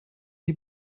die